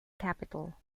capital